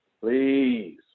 Please